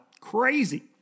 crazy